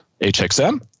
HXM